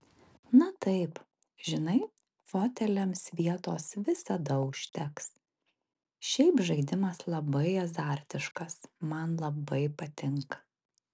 na taip žinai foteliams vietos visada užteks šiaip žaidimas labai azartiškas man labai patinka